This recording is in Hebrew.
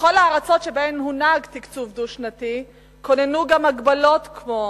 בכל הארצות שבהן הונהג תקצוב דו-שנתי כוננו גם הגבלות כמו